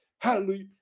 Hallelujah